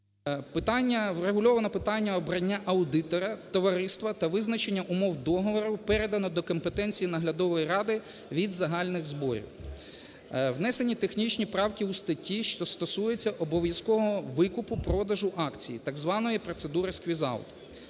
врегульовано питання обрання аудитора товариства, та визначення умов договору передано до компетенції наглядової ради від загальних зборів. Внесені технічні правки в статті, що стосується обов'язкового викупу продажу акцій так званої процедури сквіз-аут.